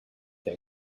they